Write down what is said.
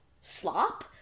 slop